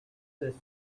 this